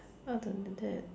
other than that